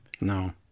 No